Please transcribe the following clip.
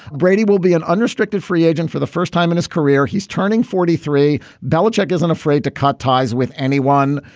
brady will be an unrestricted free agent for the first time in his career. he's turning forty three. belichick isn't afraid to cut ties with anyone.